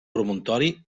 promontori